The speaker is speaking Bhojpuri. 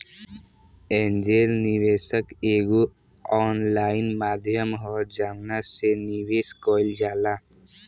एंजेल निवेशक एगो ऑनलाइन माध्यम ह जवना से निवेश कईल जाला